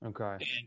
Okay